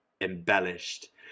embellished